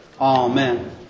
Amen